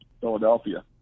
Philadelphia